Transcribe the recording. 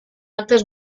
actes